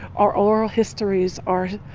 our oral histories, our